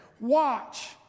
watch